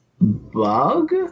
Bug